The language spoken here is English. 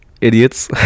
idiots